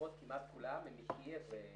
התרומות כמעט כולן הן מקייב.